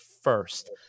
first